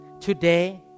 today